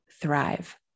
thrive